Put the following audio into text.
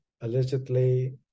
allegedly